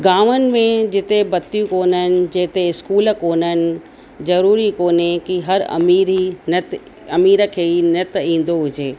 गांवनि में जिते बत्ती कोन आहिनि जिते स्कूल कोन आहिनि ज़रूरी कोन्हे कि हर अमीर हीउ नृत्य अमीर खे ई नृत्य ईंदो हुजे